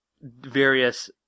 various